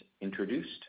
introduced